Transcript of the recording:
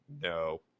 no